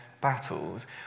battles